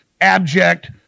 abject